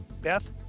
Beth